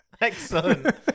excellent